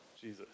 Jesus